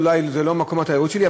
אולי זה לא מקום התיירות שלי,